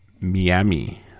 Miami